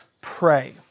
pray